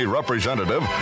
representative